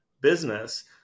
business